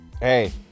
Hey